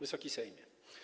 Wysoki Sejmie!